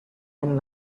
and